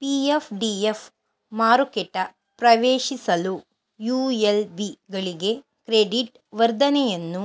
PF DF ಮಾರುಕೆಟ ಪ್ರವೇಶಿಸಲು ULB ಗಳಿಗೆ ಕ್ರೆಡಿಟ್ ವರ್ಧನೆಯನ್ನು